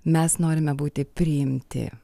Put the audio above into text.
mes norime būti priimti